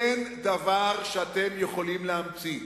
אין דבר שאתם יכולים להמציא.